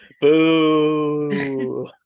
Boo